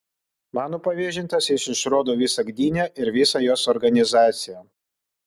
mano pavėžintas jis išrodo visą gdynę ir visą jos organizaciją